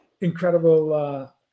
incredible